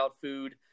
food